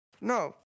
No